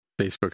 Facebook